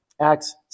Acts